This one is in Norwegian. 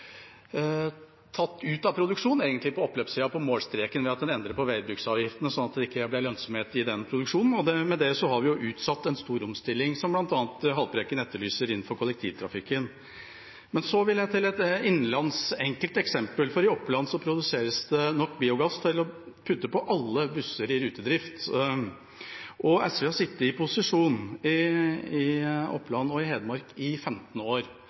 tatt ut av produksjon – egentlig på oppløpssiden, på målstreken – ved at en endret på veibruksavgiften, sånn at det ikke ble lønnsomhet i den produksjonen. Med det har vi utsatt en stor omstilling, som bl.a. Haltbrekken etterlyser, innenfor kollektivtrafikken. Så vil jeg til et innenlands, enkelt eksempel: I Oppland produseres det nok biogass til å fylle på alle busser i rutedrift. SV har sittet i posisjon i Oppland og i Hedmark i 15 år